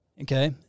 okay